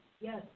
Yes